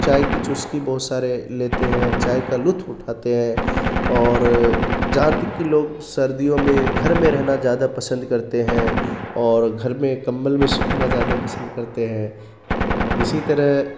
چائے کی چسکی بہت سارے لیتے ہیں چائے کا لطف اٹھاتے ہیں اور جہاں تک کہ لوگ سردیوں میں گھر میں رہنا زیادہ پسند کرتے ہیں اور گھر میں کمبل میں سونا زیادہ پسند کرتے ہیں اسی طرح